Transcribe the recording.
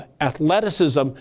athleticism